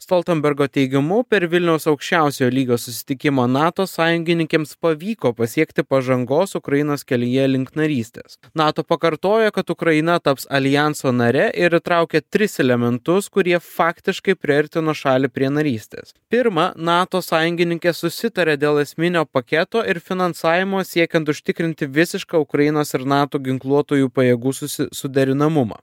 stoltenbergo teigimu per vilniaus aukščiausiojo lygio susitikimą nato sąjungininkėms pavyko pasiekti pažangos ukrainos kelyje link narystės nato pakartoja kad ukraina taps aljanso nare ir įtraukė tris elementus kurie faktiškai priartino šalį prie narystės pirma nato sąjungininkės susitarė dėl esminio paketo ir finansavimo siekiant užtikrinti visišką ukrainos ir nato ginkluotųjų pajėgų susi suderinamumą